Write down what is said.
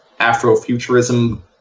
Afrofuturism